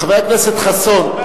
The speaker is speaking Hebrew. חבר הכנסת חסון,